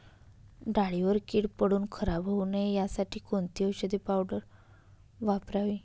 डाळीवर कीड पडून खराब होऊ नये यासाठी कोणती औषधी पावडर वापरावी?